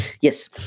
yes